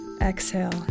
exhale